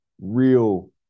real